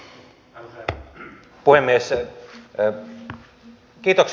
kiitoksia edustaja filatov